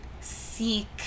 seek